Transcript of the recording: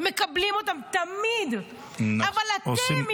מקבלים אותם תמיד --- עושים --- אבל אתם,